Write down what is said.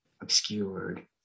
obscured